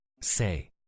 Say